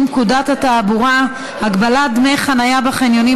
פקודת התעבורה (הגבלת דמי חניה בחניונים),